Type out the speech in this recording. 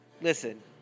Listen